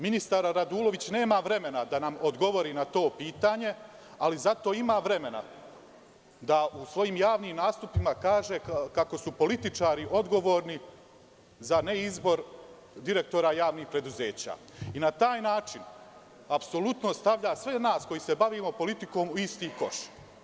Ministar Radulović nema vremena da nam odgovori na to pitanje, ali zato ima vremena da u svojim javnim nastupima kaže kako su političari odgovorni za neizbor direktora javnih preduzeća i na taj način apsolutno stavlja sve nas koji se bavimo politikom u isti koš.